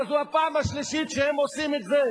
זו הפעם השלישית שהם עושים את זה,